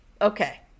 Okay